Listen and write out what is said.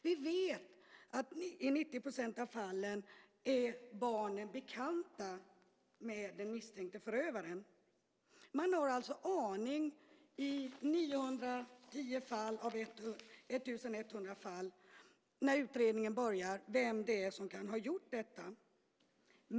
Vi vet att i 90 % av fallen är barnen bekanta med den misstänkte förövaren. Man har alltså en aning i 910 fall av 1 100 fall när utredningen börjar vem det är som kan ha gjort detta.